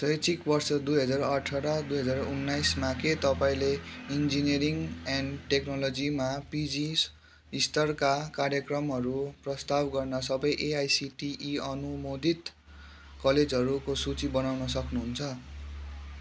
शैक्षिक वर्ष दुई हजार अठार दुई हजार उन्नाइसमा के तपाईँले इन्जिनियरिङ एन्ड टेक्नोलोजीमा पिजीस्तरका कार्यक्रमहरू प्रस्ताव गर्ने सबै एआइसिटिई अनुमोदित कलेजहरूको सुची बनाउन सक्नुहुन्छ